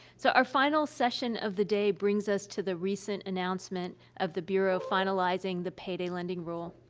so, our final session of the day brings us to the recent announcement of the bureau finalizing the payday lending rule.